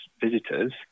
visitors